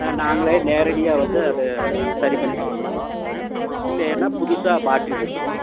நாங்களே நேரடியாக வந்து அதை சரி பண்ணி கொடுத்துருவோம் இல்லையினால் புதுசாக மாற்றி கொடுத்துருவோம்